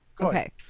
Okay